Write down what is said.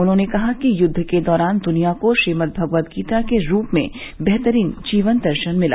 उन्होंने कहा कि युद्व के दौरान दुनिया को श्रीमद्भगवतगीता के रूप में बेहतरीन जीवन दर्शन मिला